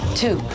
two